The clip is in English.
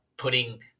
putting